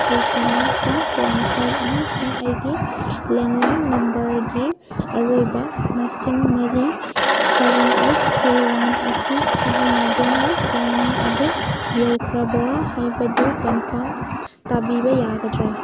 eight nine five one five ꯑꯃꯁꯨꯡ ꯑꯩꯒꯤ landline ꯅꯝꯕꯔꯒꯤ ꯑꯔꯣꯏꯕ ꯃꯁꯤꯡ ꯃꯔꯤ ꯁꯕꯦꯟ ꯑꯩꯠ ꯊ꯭ꯔꯤ ꯋꯥꯟ ꯑꯁꯤ ꯁꯤꯖꯤꯟꯅꯗꯨꯅ ꯄꯦꯃꯦꯟ ꯑꯗꯨ ꯌꯧꯈ꯭ꯔꯕꯔꯥ ꯍꯥꯏꯕꯗꯨ ꯀꯟꯐꯥꯔꯝ ꯇꯥꯕꯤꯕ ꯌꯥꯒꯗ꯭ꯔꯥ